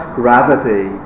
gravity